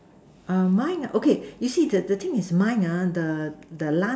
err mine okay you see the the thing is mine ah the the last